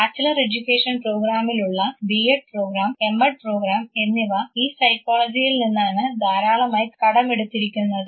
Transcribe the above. bachelor education പ്രോഗ്രാമിൽ ഉള്ള B Ed programme M Ed programme എന്നിവ ഈ സൈക്കോളജിയിൽ നിന്നാണ് ധാരാളമായി കടമെടുത്തിരിക്കുന്നത്